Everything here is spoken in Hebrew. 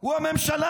הוא הממשלה.